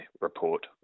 report